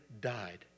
died